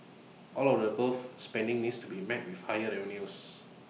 all of the above spending needs to be met with higher revenues